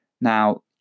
Now